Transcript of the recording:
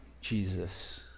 Jesus